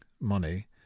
money